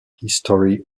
history